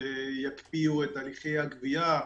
שיקפיאו את הליכי הגבייה,